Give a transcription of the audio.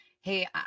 hey